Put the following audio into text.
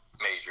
major